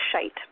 shite